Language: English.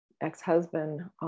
ex-husband